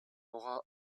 aura